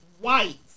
white